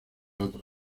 otras